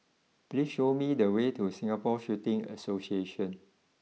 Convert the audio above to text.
please show me the way to Singapore Shooting Association